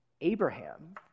Abraham